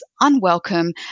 unwelcome